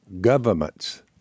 governments